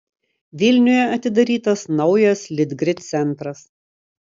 vilniuje atidarytas naujas litgrid centras